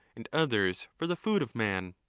and others for the food of man.